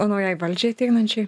o naujai valdžiai ateinančiai